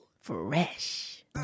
Fresh